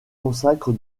consacre